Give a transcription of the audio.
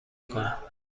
کنم